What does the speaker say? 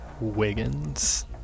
Wiggins